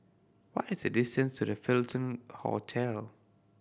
what is the distance to The Fullerton Hotel